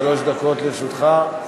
שלוש דקות לרשותך,